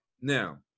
Now